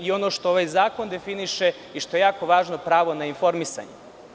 Ono što ovaj zakon definiše i što je jako važno, jeste pravo na informisanje.